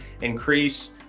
increase